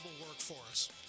workforce